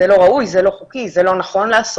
זה לא חוקי, זה לא נכון לעשות.